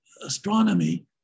astronomy